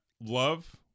love